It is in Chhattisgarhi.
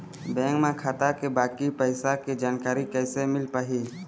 बैंक म खाता के बाकी पैसा के जानकारी कैसे मिल पाही?